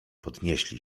podnieśli